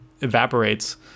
evaporates